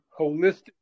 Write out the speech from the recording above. holistic